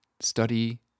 study